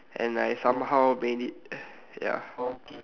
and I somehow made it ya